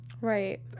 Right